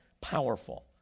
powerful